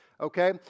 okay